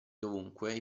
dovunque